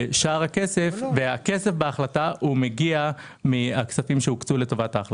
והכסף בהחלטה מגיע מן הכספים שהוקצו לטובת ההחלטה.